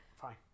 Fine